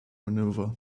maneuver